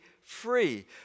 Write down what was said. free